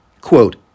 quote